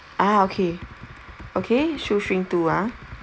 ah okay okay shoestring two ah